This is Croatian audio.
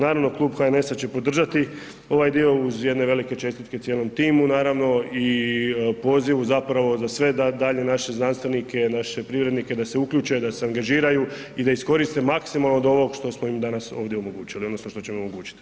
Naravno, Klub HNS-a će podržati ovaj dio uz jedne velike čestitke cijelom timu, naravno i pozivu zapravo za sve da dalje naše znanstvenike, naše privrednike, da se uključe, da se angažiraju i da iskoriste maksimalno od ovog što smo im danas ovdje omogućili odnosno što ćemo im omogućit.